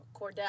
Cordell